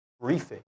briefing